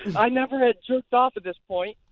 i never had jerked off at this point,